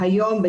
היום,